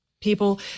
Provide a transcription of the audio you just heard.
people